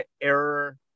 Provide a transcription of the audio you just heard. error